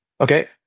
Okay